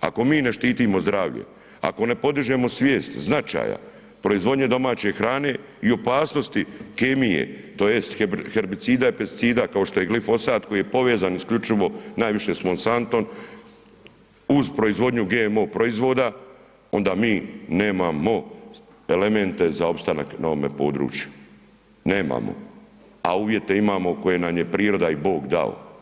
ako mi ne štitimo zdravlje, ako ne podižemo svijest značaja, proizvodnje domaće hrane i opasnosti kemije, tj. herbicida i pesticida kao što je glifosat koji je povezan isključivo najviše sa Monsantom uz proizvodnju GMO proizvoda onda mi nemamo elemente za opstanak na ovome području, nemamo a uvjete imamo koje nam je priroda i Bog dao.